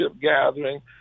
gathering